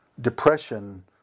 depression